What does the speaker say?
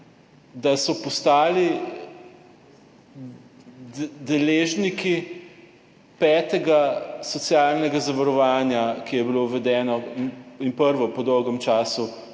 da so postali deležniki petega socialnega zavarovanja, ki je bilo uvedeno in prvo po dolgem času